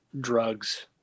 drugs